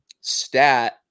stat